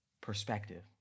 perspective